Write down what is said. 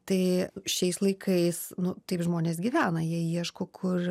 tai šiais laikais nu taip žmonės gyvena jie ieško kur